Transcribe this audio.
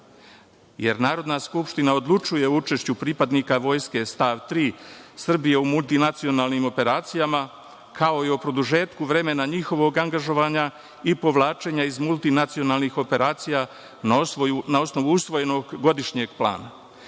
jer Narodna skupština odlučuje o učešću pripadnika Vojske, stav 3. Srbije u multinacionalnim operacijama kao i o produžetku vremena njihovog angažovanja i povlačenja iz multinacionalnih operacija na osnovu usvojenog godišnjeg plana. Vi